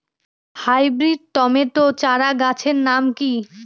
Hybrid tomato চারাগাছের নাম কি?